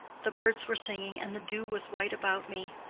the birds were singing, and the dew was white about me,